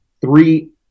three